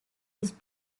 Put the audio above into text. his